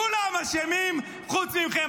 כולם אשמים חוץ מכם.